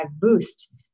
boost